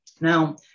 Now